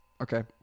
Okay